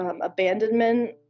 abandonment